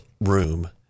room